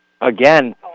Again